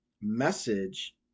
message